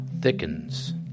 Thickens